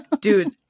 Dude